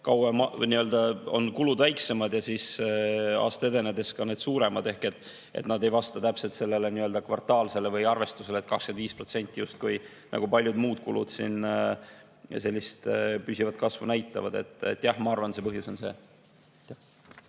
on kulud väiksemad ja siis aasta edenedes on need suuremad. Ehk nad ei vasta täpselt sellele kvartaalsele arvestusele, et 25% justkui, nagu paljud muud kulud siin sellist püsivat kasvu näitavad. Jah, ma arvan, et põhjus on see.